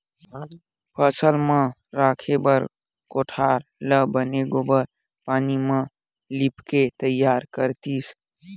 फसल ल राखे बर कोठार ल बने गोबार पानी म लिपके तइयार करतिस